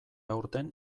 aurten